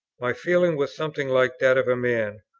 my feeling was something like that of a man,